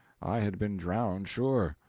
i had been drowned, sure.